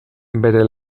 bere